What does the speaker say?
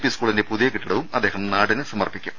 P സ്കൂളിന്റെ പുതിയ കെട്ടിടവും അദ്ദേഹം നാടിന് സമർപ്പിക്കും